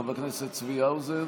חבר הכנסת צבי האוזר?